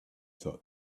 thought